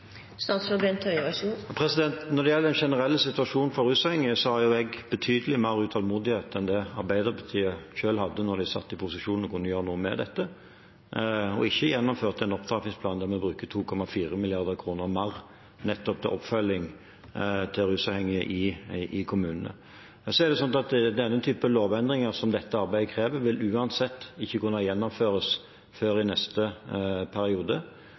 Når det gjelder den generelle situasjonen for rusavhengige, har jeg betydelig mer utålmodighet enn det Arbeiderpartiet selv hadde da de satt i posisjon og kunne gjøre noe med dette – og ikke gjennomførte en opptrappingsplan der vi bruker 2,4 mrd. kr mer nettopp til oppfølging av rusavhengige i kommunene. Den typen lovendringer som dette arbeidet krever, vil uansett ikke kunne gjennomføres før i neste periode,